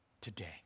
today